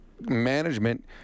management